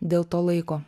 dėl to laiko